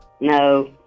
No